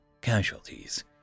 casualties